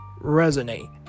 resonate